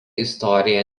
istorija